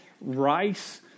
rice